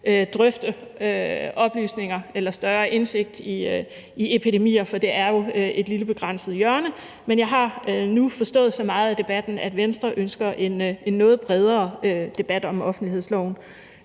drøfte en større indsigt i forbindelse med epidemier, for det er jo et lille begrænset hjørne. Men jeg har nu forstået så meget af debatten, at Venstre ønsker en noget bredere debat om offentlighedsloven